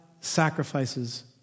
sacrifices